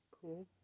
Cool